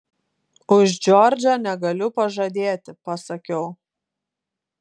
už džordžą negaliu pažadėti pasakiau